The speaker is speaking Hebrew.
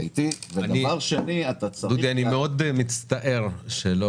דודי, אני מצטער מאוד